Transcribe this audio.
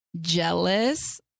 jealous